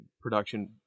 production